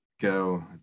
go